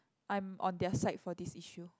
I'm on their side for this issue